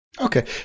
Okay